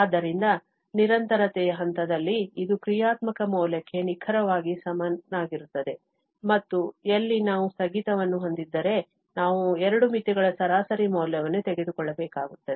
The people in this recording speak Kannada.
ಆದ್ದರಿಂದ ನಿರಂತರತೆಯ ಹಂತದಲ್ಲಿ ಇದು ಕ್ರಿಯಾತ್ಮಕ ಮೌಲ್ಯಕ್ಕೆ ನಿಖರವಾಗಿ ಸಮನಾಗಿರುತ್ತದೆ ಮತ್ತು ಎಲ್ಲಿ ನಾವು ಸ್ಥಗಿತವನ್ನು ಹೊಂದಿದ್ದರೆ ನಾವು ಎರಡು ಮಿತಿಗಳ ಸರಾಸರಿ ಮೌಲ್ಯವನ್ನು ತೆಗೆದುಕೊಳ್ಳಬೇಕಾಗುತ್ತದೆ